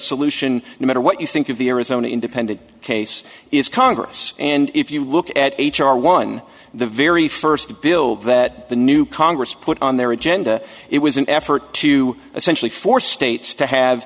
solution no matter what you think of the arizona independent case is congress and if you look at h r one the very first bill that the new congress put on their agenda it was an effort to essentially for states to have